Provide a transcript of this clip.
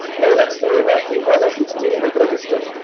now let say ah that we have a sixteen bit register.